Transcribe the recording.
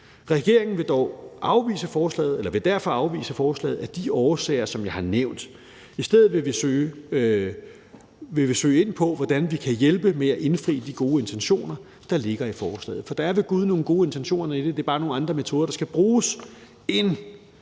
Regeringen vil derfor afvise forslaget af de årsager, som jeg har nævnt. I stedet vil vi spore os ind på, hvordan vi kan hjælpe med at indfri de gode intentioner, der ligger i forslaget, for der er ved gud nogle gode intentioner i det. Det er bare nogle andre metoder, der skal bruges, end